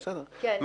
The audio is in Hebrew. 4 נמנעים,